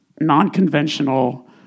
non-conventional